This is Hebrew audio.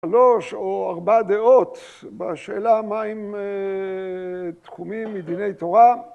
שלוש או ארבע דעות בשאלה מה עם תחומים מדיני תורה.